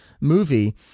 movie